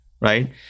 right